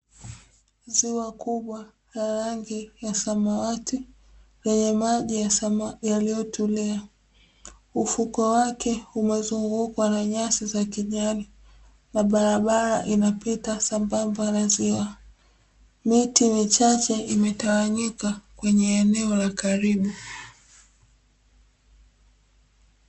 Ziwa kubwa la rangi ya samawati lenye maji yaliyotulia, ufukwe wake umezungukwa na nyasi za kijani na barabara inapita sambamba na ziwa, miti michache imetawanyika kwenye eneo la karibu.